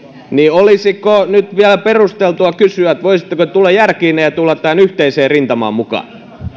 olisiko nyt vielä perusteltua kysyä voisitteko te tulla järkiinne ja tulla tähän yhteiseen rintamaan mukaan